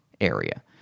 area